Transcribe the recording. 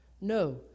No